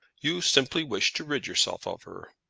you simply wish to rid yourself of her.